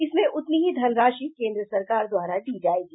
इसमें उतनी ही धनराशि केन्द्र सरकार द्वारा दी जाएगी